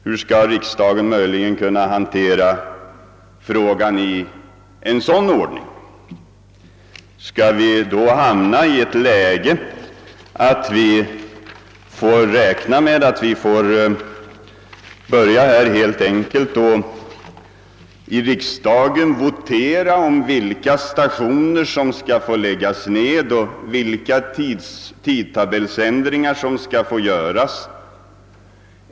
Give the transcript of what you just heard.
Hur skall riksdagen kunna hantera frågan i en sådan ordning? Skall vi då hamna i ett läge, där vi skall börja votera i riksdagen om vilka stationer som skall få läggas ned och vilka tidtabellsändringar som skall få göras?